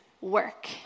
work